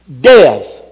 Death